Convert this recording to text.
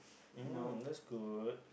mm that's good